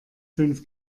fünf